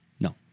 No